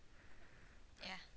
ya